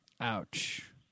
Ouch